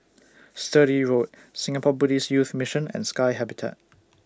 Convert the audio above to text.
Sturdee Road Singapore Buddhist Youth Mission and Sky Habitat